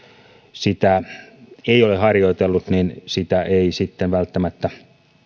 sitä ei ole harjoitellut niin sitä ei sitten välttämättä